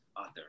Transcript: author